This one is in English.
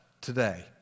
today